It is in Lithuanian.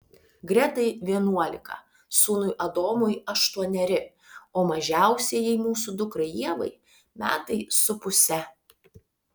gretai vienuolika sūnui adomui aštuoneri o mažiausiajai mūsų dukrai ievai metai su puse